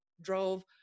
drove